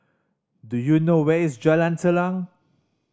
do you know where is Jalan Telang